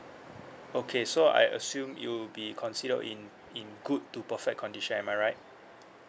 okay so I assume it'll be considered in in good to perfect condition am I right